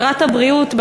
שרת הבריאות,